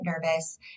nervous